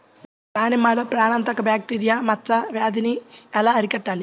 దానిమ్మలో ప్రాణాంతక బ్యాక్టీరియా మచ్చ వ్యాధినీ ఎలా అరికట్టాలి?